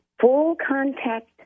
Full-contact